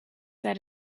that